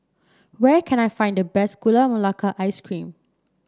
where can I find the best Gula Melaka Ice Cream